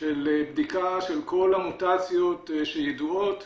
של בדיקה של כל המוטציות שידועות,